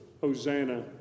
Hosanna